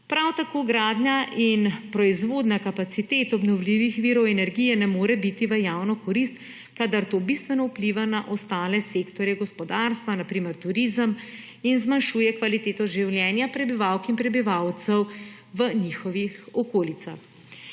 Prav tako gradnja in proizvodnja kapacitet obnovljivih virov energije ne moreta biti v javno korist, kadar to bistveno vpliva na ostale sektorje gospodarstva, na primer turizem, in zmanjšuje kvaliteto življenja prebivalk in prebivalcev v njihovih okolicah.